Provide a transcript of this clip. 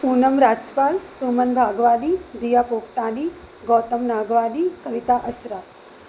Poonam Rajpal Suman Bhagwani Diya Popatani Gautam Nagwani Kavita Ashra